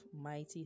mighty